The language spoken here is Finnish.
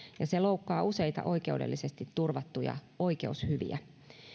ja se loukkaa useita oikeudellisesti turvattuja oikeushyviä